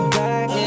back